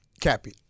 Cappy